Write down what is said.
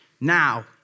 Now